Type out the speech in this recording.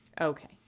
Okay